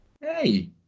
Hey